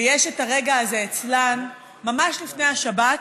ויש הרגע הזה אצלן ממש לפני השבת,